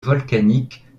volcanique